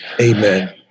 Amen